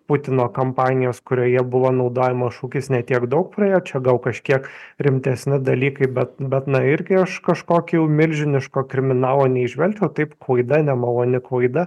putino kampanijos kurioje buvo naudojamas šūkis ne tiek daug praėjo čia gal kažkiek rimtesni dalykai bet bet na irgi aš kažkokio jau milžiniško kriminalo neįžvelgčiau taip klaida nemaloni klaida